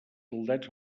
soldats